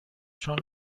چون